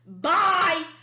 bye